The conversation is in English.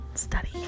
study